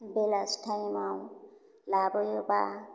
बेलासि थाइमाव लाबोयोबा